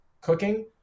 cooking